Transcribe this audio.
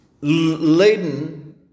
laden